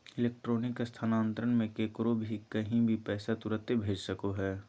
electronic स्थानान्तरण मे केकरो भी कही भी पैसा तुरते भेज सको हो